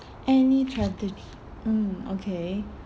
any strategy mm okay